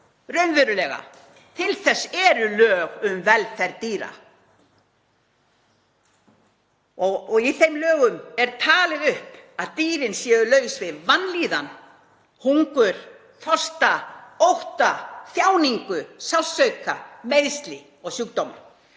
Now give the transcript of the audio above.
raunverulega. Til þess eru lög um velferð dýra. Í þeim lögum er talið upp að dýrin séu laus við vanlíðan, hungur og þorsta, ótta og þjáningu, sársauka, meiðsli og sjúkdóma.